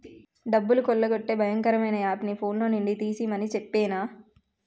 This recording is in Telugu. డబ్బులు కొల్లగొట్టే భయంకరమైన యాపుని ఫోన్లో నుండి తీసిమని చెప్పేనా